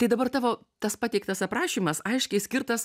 tai dabar tavo tas pateiktas aprašymas aiškiai skirtas